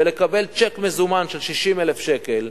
ולקבל צ'ק מזומן של 60,000 שקל,